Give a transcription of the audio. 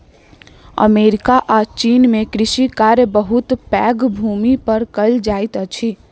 America आ चीन में कृषि कार्य बहुत पैघ भूमि पर कएल जाइत अछि